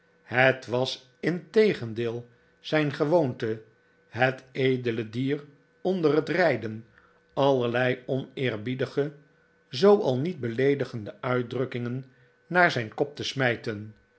het was integendeel zijn gewoonte het edele dier onder het rijden allerlei oneerbiedige zoo al niet beleedigende uitdrukkingen haar zijn kop te smijten